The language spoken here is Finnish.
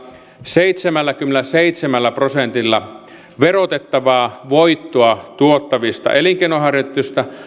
seitsemälläkymmenelläseitsemällä prosentilla verotettavaa voittoa tuottavista elinkeinonharjoittajista